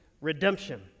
redemption